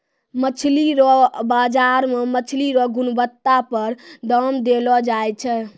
मछली रो बाजार मे मछली रो गुणबत्ता पर दाम देलो जाय छै